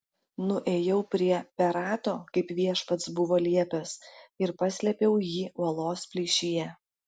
nuėjau prie perato kaip viešpats buvo liepęs ir paslėpiau jį uolos plyšyje